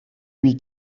lui